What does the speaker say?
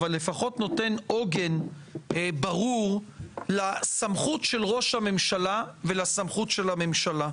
אבל לפחות נותן עוגן ברור לסמכות של ראש הממשלה ולסמכות של הממשלה.